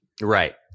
Right